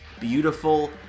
beautiful